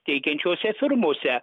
teikiančiose firmose